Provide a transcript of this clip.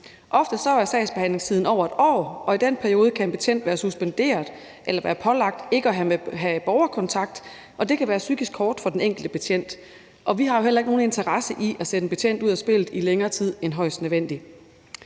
Ofte er sagsbehandlingstiden over et år, og i den periode kan en betjent være suspenderet eller være pålagt ikke at have borgerkontakt, og det kan være psykisk hårdt for den enkelte betjent. Vi har jo heller ikke nogen interesse i at sætte en betjent ud af spillet i længere tid end højst nødvendigt.